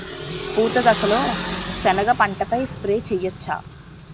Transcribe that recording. పూత దశలో సెనగ పంటపై స్ప్రే చేయచ్చా?